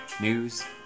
news